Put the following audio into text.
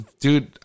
Dude